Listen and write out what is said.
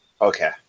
Okay